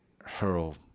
hurl